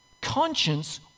conscience